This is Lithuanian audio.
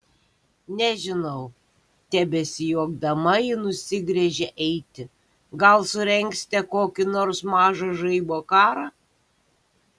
nežinau tebesijuokdama ji nusigręžė eiti gal surengsite kokį nors mažą žaibo karą